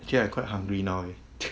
actually I quite hungry now eh